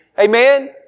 Amen